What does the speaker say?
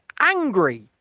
angry